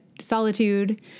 solitude